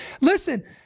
Listen